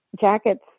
jackets